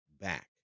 back